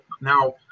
Now